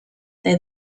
they